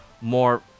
more